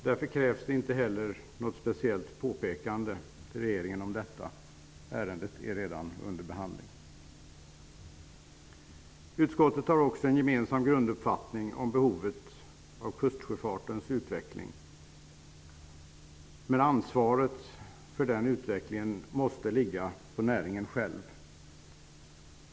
Därför krävs det inte heller något speciellt påpekande till regeringen om detta. Ärendet är redan under behandling. Utskottet har också en gemensam grunduppfattning om behovet av kustsjöfartens utveckling, men ansvaret för denna utveckling måste ligga på näringen själv.